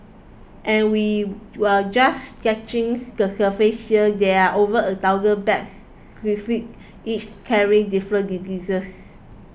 and we're just scratching the surface there are over a thousand bat each carrying different diseases